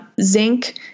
Zinc